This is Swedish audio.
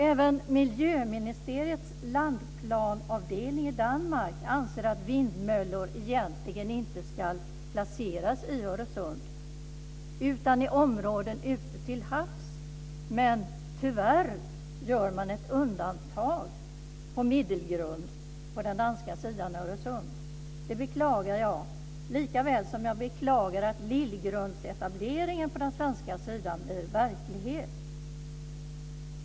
Även Miljöministeriets landplanavdelning i Danmark anser att vindmöllor egentligen inte ska placeras i Öresund utan i områden ute till havs. Men tyvärr gör man ett undantag på Middelgrund på den danska sidan av Öresund. Det beklagar jag, likaväl som jag beklagar att Lillgrundsetableringen på den svenska sidan blir verklighet.